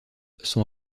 son